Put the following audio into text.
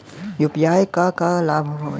UPI क का का लाभ हव?